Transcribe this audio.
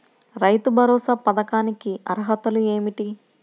రైతు భరోసా పథకానికి అర్హతలు ఏమిటీ?